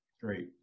Great